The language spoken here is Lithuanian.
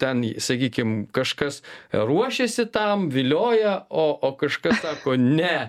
ten sakykim kažkas ruošėsi tam vilioja o o kažkas sako ne